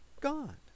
gone